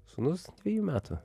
sūnus dvejų metų